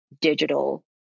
digital